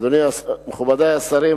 מכובדי השרים,